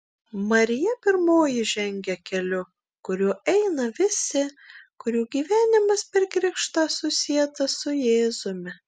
marija pirmoji žengia keliu kuriuo eina visi kurių gyvenimas per krikštą susietas su jėzumi